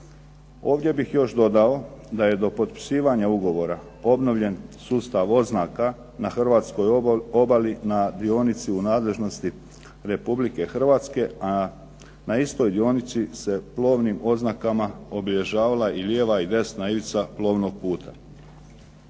Ovdje bih još dodao da je do potpisivanja ugovora obnovljen sustav oznaka na Hrvatskoj obali na dionici u nadležnosti Republike Hrvatske a na istoj dionici se plovnim oznakama obilježavala i lijeva i desna … plovnog puta.